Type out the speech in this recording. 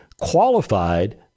qualified